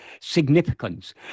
significance